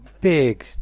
big